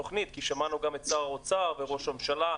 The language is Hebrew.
שמענו גם את שר האוצר ואת ראש הממשלה,